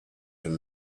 from